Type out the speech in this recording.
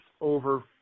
over